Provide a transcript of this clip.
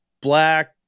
black